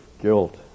guilt